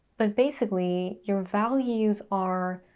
but basically, your values are